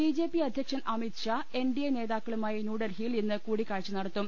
B J P അധ്യക്ഷൻ Amit Shah N D A നേതാക്കളു മായി ന്യൂഡൽഹിയിൽ ഇന്ന് കൂടിക്കാഴ്ച നടത്തും